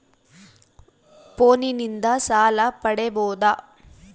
ಫೋನಿನಿಂದ ಸಾಲ ಪಡೇಬೋದ?